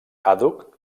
àdhuc